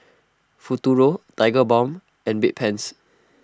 Futuro Tigerbalm and Bedpans